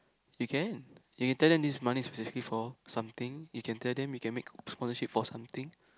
you can you can tell them this money is exactly for something you can tell them you can make sponsorship for something